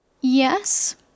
Yes